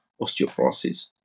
osteoporosis